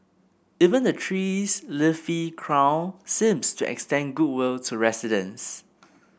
even the tree's leafy crown seemed to extend goodwill to residents